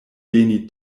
veni